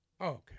Okay